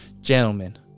Gentlemen